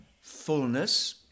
fullness